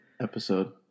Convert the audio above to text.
episode